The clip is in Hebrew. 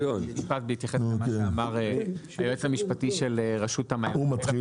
רק בהתייחס למה שאמר היועץ המשפטי של רשות המים,